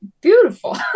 beautiful